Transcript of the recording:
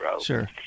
Sure